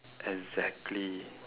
exactly